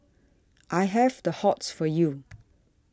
I have the hots for you